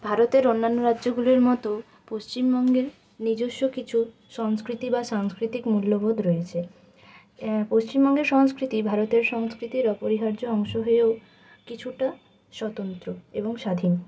ভারতের অন্যান্য রাজ্যগুলির মতো পশ্চিমবঙ্গের নিজস্ব কিছু সংস্কৃতি বা সাংস্কৃতিক মূল্যবোধ রয়েছে পশ্চিমবঙ্গের সংস্কৃতি ভারতের সংস্কৃতির অপরিহার্য অংশ হয়েও কিছুটা স্বতন্ত্র এবং স্বাধীন